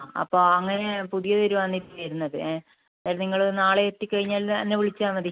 അപ്പോൾ അങ്ങനെ പുതിയതേരു ആണ് വരുന്നത് എന്നാൽ നിങ്ങള് നാളെ എത്തി കഴിഞ്ഞാൽ എന്നെ വിളിച്ചാൽ മതി